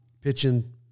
pitching